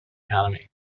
economy